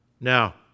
Now